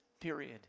period